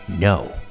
no